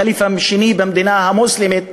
הח'ליף השני במדינה המוסלמית,